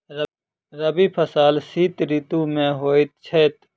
रबी फसल शीत ऋतु मे होए छैथ?